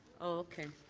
okay,